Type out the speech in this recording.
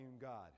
God